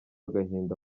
agahinda